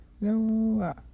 No